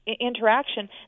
interaction